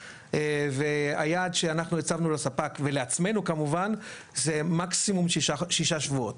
והיעד שאנחנו הצבנו לספק ולעצמינו כמובן זה מקסימום ששה שבועות.